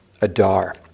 Adar